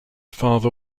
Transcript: father